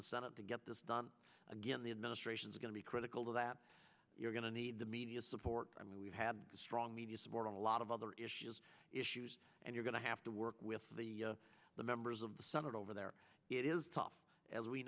the senate to get this done again the administration's going to be critical to that you're going to need the media support i mean we've had strong media support on a lot of other issues issues and we're going to have to work with the the members of the senate over there it is tough as we